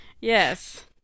Yes